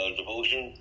devotion